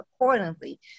accordingly